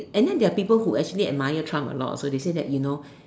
and then there are people who actually admire Trump a lot also they say that you know